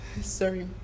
sorry